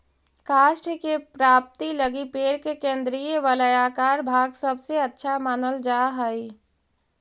काष्ठ के प्राप्ति लगी पेड़ के केन्द्रीय वलयाकार भाग सबसे अच्छा मानल जा हई